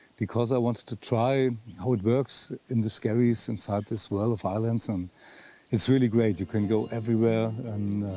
because i wanted to try how it works in the skerries and inside this world of islands, and it's really great. you can go everywhere